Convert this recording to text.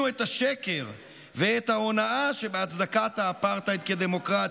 את השקר ואת ההונאה שבהצדקת האפרטהייד כדמוקרטי.